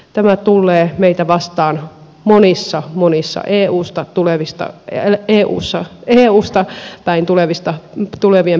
tämä tullee meitä vastaan monissa monissa eusta päin tulevien päätösten myötä